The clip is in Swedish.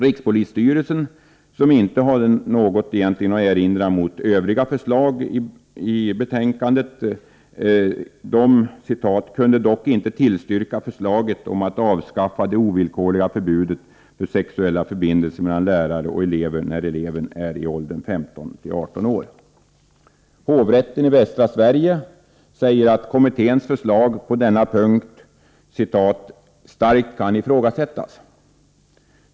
Rikspolisstyrelsen, som inte hade något att erinra mot övriga förslag i betänkandet ”kan dock inte tillstyrka förslaget om att avskaffa det ovillkorliga förbudet för sexuella förbindelser mellan lärare och elever när eleven är i åldern 15-18 år.” Hovrätten för Västra Sverige säger att kommitténs förslag på denna punkt ”starkt kan ifrågasättas”.